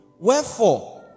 wherefore